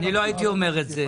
אני לא הייתי אומר את זה,